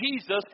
Jesus